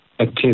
active